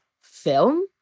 film